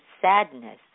sadness